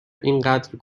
اینقدر